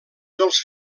dels